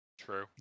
True